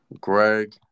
Greg